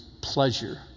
pleasure